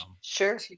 Sure